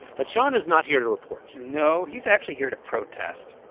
but shawn is not here to report no. he's actually here to protest.